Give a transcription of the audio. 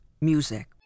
music